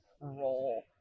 role